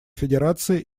федерация